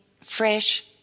fresh